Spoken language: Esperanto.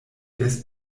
des